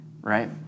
right